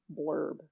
blurb